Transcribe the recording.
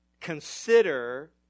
consider